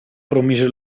promise